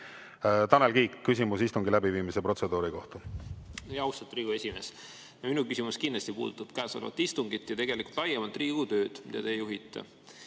Tanel Kiik, küsimus istungi läbiviimise protseduuri kohta! Austatud Riigikogu esimees! Minu küsimus kindlasti puudutab käesolevat istungit ja tegelikult laiemalt Riigikogu tööd, mida teie juhite.